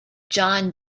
john